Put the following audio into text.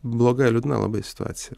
bloga liūdna labai situacija